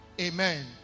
Amen